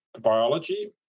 biology